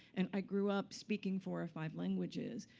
and i grew up speaking four or five languages.